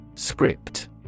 Script